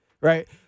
right